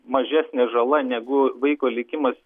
mažesnė žala negu vaiko likimas